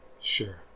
Sure